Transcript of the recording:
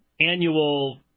annual